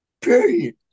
Period